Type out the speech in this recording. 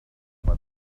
but